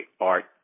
art